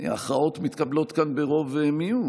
הכרעות מתקבלות כאן ברוב ומיעוט,